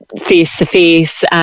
face-to-face